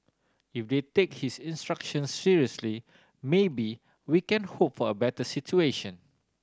if they take his instructions seriously maybe we can hope for a better situation